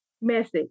message